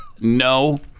No